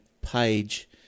page